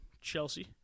Chelsea